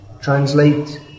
translate